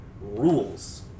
rules